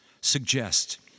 suggest